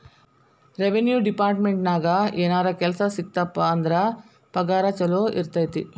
revenue ಡೆಪಾರ್ಟ್ಮೆಂಟ್ನ್ಯಾಗ ಏನರ ಕೆಲ್ಸ ಸಿಕ್ತಪ ಅಂದ್ರ ಪಗಾರ ಚೊಲೋ ಇರತೈತಿ